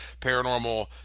Paranormal